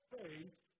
faith